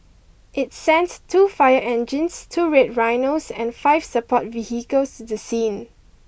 it sent two fire engines two Red Rhinos and five support vehicles to the scene